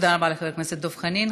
תודה רבה לחבר הכנסת דב חנין.